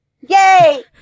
Yay